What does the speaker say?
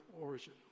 origin